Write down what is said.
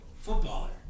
footballer